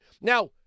Now